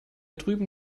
drüben